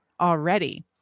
already